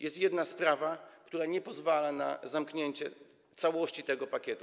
Jest jedna sprawa, która nie pozwala na zamknięcie całości tego pakietu.